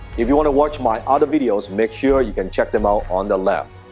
if you wanna watch my other videos, make sure you can check them out on the left.